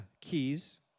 keys